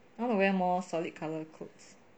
I want to wear more solid colour clothes